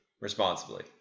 responsibly